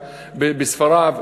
בספריו,